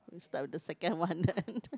we start with the second one then